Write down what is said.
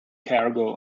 cargo